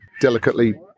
delicately